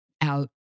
out